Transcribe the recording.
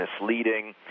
misleading